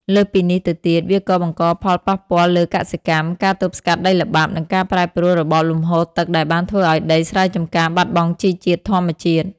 លើសពីនេះទៅទៀត វាក៏បង្កផលប៉ះពាល់លើកសិកម្ម ការទប់ស្កាត់ដីល្បាប់ និងការប្រែប្រួលរបបលំហូរទឹកដែលបានធ្វើឱ្យដីស្រែចម្ការបាត់បង់ជីជាតិធម្មជាតិ។